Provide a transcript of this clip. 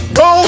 go